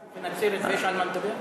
יפו ונצרת ויש על מה לדבר?